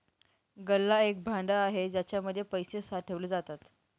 गल्ला एक भांड आहे ज्याच्या मध्ये पैसे साठवले जातात